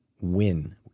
win